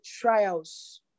trials